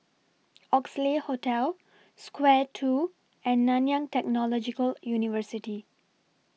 Oxley Hotel Square two and Nanyang Technological University